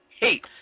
hate